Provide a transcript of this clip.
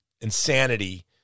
insanity